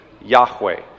Yahweh